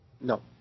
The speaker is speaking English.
No